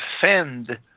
defend